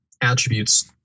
attributes